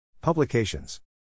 Publications